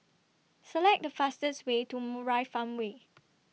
Select The fastest Way to Murai Farmway